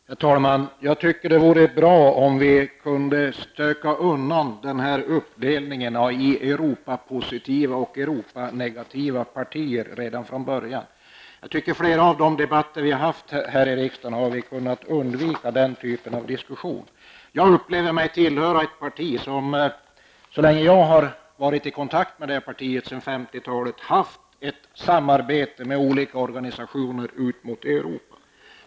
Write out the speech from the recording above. Herr talman! Jag tycker att det vore bra om vi kunde stöka undan uppdelningen i Europapositiva och Europanegativa partier redan från början. I flera av de debatter vi har haft här i riksdagen hade vi kunnat undvika den typen av diskussion. Jag upplever mig tillhöra ett parti som så länge jag har varit i kontakt med det, sedan 50-talet, har haft ett samarbete med olika organisationer ut mot Europa.